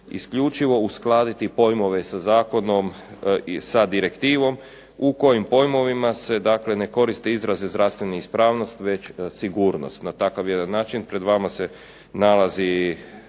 isključivo uskladiti pojmove za zakonom, sa direktivom u kojim pojmovima se dakle ne koriste izraz "zdravstvena ispravnost" već sigurnost. Na takav jedan način pred vama se nalazi